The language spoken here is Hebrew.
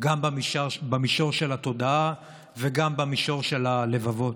גם במישור של התודעה וגם במישור של הלבבות.